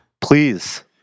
Please